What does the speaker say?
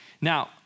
Now